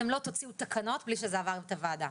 אתם לא תוציאו תקנות בלי שזה עבר את הוועדה.